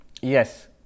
yes